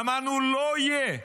אמרנו: לא יהיה,